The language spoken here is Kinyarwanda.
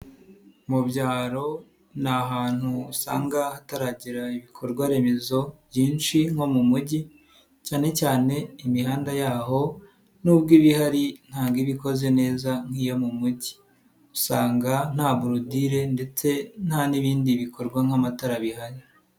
Mu byaro ntahantu usanga hataragira ibikorwa remezo byinshi nko mu mujyi cyane cyane imihanda yaho nubwo ibihari n nta iba ikoze neza nk'iyo mu mujyi, usanga nta burodile ndetse nta n'ibindi bikorwa nk'amatara bihari.